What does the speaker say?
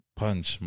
punch